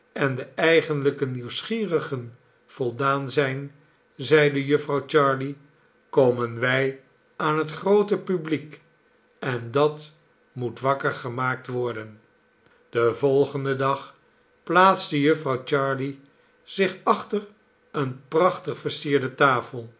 en de eigenlijke nieuwsgierigen voldaan zijn zeide jufvrouw jarley komen wij aan het groote publiek en dat moet wakker gemaakt worden den volgenden dag plaatste jufvrouw jarley zich achter eene prachtig versierde tafel